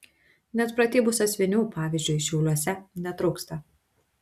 net pratybų sąsiuvinių pavyzdžiui šiauliuose netrūksta